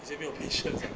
姐姐没有 patience ah